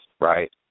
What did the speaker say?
Right